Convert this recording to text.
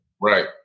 right